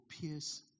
pierce